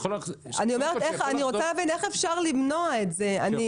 אני רוצה להבין איך אפשר למנוע את זה.